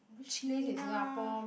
China